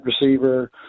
receiver